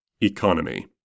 Economy